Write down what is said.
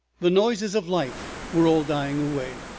the noises of life were all dying away,